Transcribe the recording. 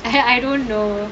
I have I don't know